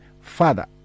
Father